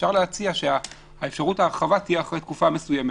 אפשר להציע שאפשרות ההרחבה תהיה אחרי תקופה מסוימת.